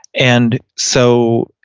and so,